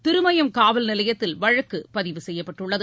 திருமயம் காவல்நிலையத்தில் வழக்குப்பதிவு செய்யப்பட்டுள்ளது